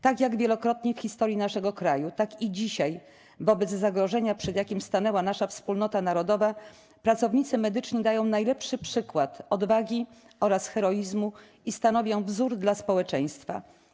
Tak jak wielokrotnie w historii naszego kraju, tak i dzisiaj wobec zagrożenia, przed jakim stanęła nasza wspólnota narodowa, pracownicy medyczni dają najlepszy przykład odwagi oraz heroizmu i stanowią wzór dla społeczeństwa.